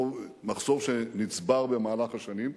מחסור שנצבר במהלך השנים,